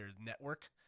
network